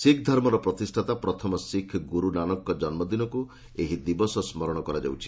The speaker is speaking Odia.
ଶିଖ ଧର୍ମର ପ୍ରତିଷ୍ଠାତା ପ୍ରଥମ ଶିଖ୍ ଗୁରୁ ଗୁରୁ ନାନକଙ୍କ ଜନ୍ମଦିନକୁ ଏହି ଦିବସ ସ୍କରଣ କରାଯାଉଛି